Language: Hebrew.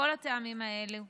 מכל הטעמים האלה,